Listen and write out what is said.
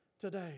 today